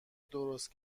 درست